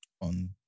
on